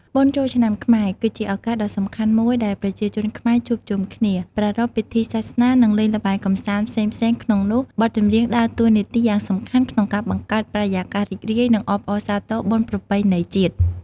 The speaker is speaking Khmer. បុណ្យចូលឆ្នាំខ្មែរ គឺជាឱកាសដ៏សំខាន់មួយដែលប្រជាជនខ្មែរជួបជុំគ្នា ប្រារព្ធពិធីសាសនា និងលេងល្បែងកម្សាន្តផ្សេងៗ ក្នុងនោះ បទចម្រៀងដើរតួនាទីយ៉ាងសំខាន់ក្នុងការបង្កើតបរិយាកាសរីករាយ និងអបអរសាទរបុណ្យប្រពៃណីជាតិ។